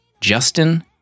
Justin